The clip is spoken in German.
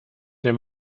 der